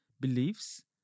beliefs